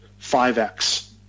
5X